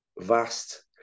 vast